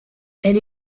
elle